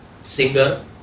singer